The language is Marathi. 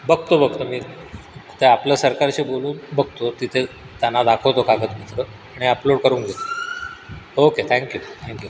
बघतो बघतो मी त्या आपलं सरकारशी बोलून बघतो तिथे त्यांना दाखवतो कागदपत्रं आणि अपलोड करून घेतो ओके थँक्यू थँक्यू